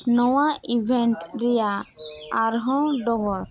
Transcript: ᱱᱚᱣᱟ ᱮᱵᱷᱮᱱᱴ ᱨᱮᱭᱟᱜ ᱟᱨᱦᱚᱸ ᱰᱚᱜᱚᱨ